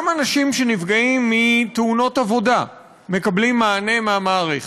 גם אנשים שנפגעים בתאונות עבודה מקבלים מענה מהמערכת,